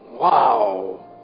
wow